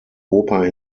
oper